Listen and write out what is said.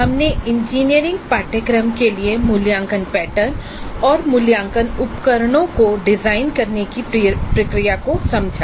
हमने engineering course के लिए मूल्यांकन पैटर्न और मूल्यांकन उपकरणों को डिजाइन करने की प्रक्रिया को समझा